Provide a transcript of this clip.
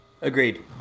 agreed